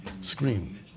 screen